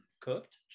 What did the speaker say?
cooked